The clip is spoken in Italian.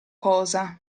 cosa